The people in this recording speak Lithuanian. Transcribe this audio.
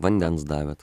vandens davėt